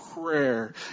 prayer